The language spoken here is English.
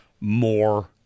more